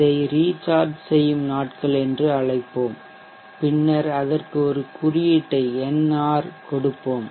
இதை ரீசார்ஜ் செய்யும் நாட்கள் என்று அழைப்போம் பின்னர் அதற்கு ஒரு குறியீட்டை nr கொடுப்போம்